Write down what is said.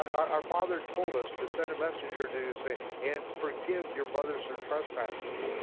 our father told us to send a messenger to say and forgive your brothers their trespasses.